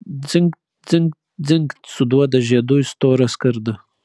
dzingt dzingt dzingt suduoda žiedu į storą skardą